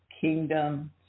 kingdom